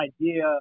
idea